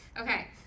Okay